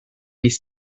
mis